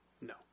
No